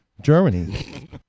Germany